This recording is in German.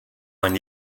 man